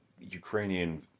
Ukrainian